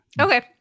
okay